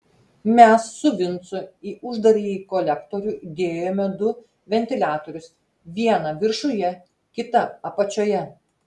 mes su vincu į uždarąjį kolektorių dėjome du ventiliatorius vieną viršuje kitą apačioje